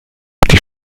die